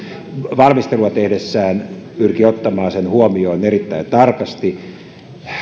valmistelua tehdessään pyrkii ottamaan sen huomioon erittäin tarkasti